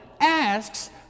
asks